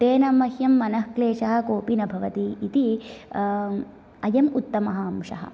तेन मह्यं मनः क्लेषः कोपि न भवति इति अयम् उत्तमः अंशः